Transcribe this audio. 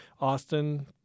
Austin